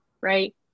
right